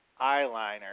eyeliner